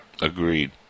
Agreed